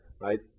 right